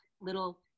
little